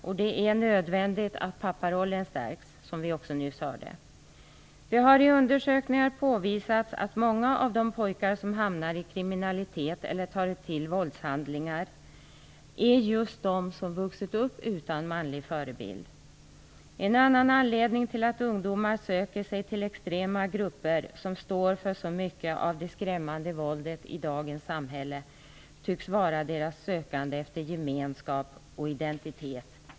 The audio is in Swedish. Det är också nödvändigt att papparollen stärks, som vi nyss hörde. Det har i undersökningar påvisats att många av de pojkar som hamnar i kriminalitet eller som tar till våldshandlingar är just de som vuxit upp utan en manlig förebild. En annan anledning till att ungdomar söker sig till de extrema grupper som står för mycket av det skrämmande våldet i dagens samhälle tycks vara ungdomarnas sökande efter gemenskap och identitet.